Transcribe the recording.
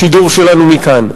את השידור שלנו מכאן,